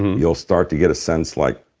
you'll start to get a sense like,